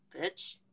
bitch